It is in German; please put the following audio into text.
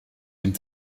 dem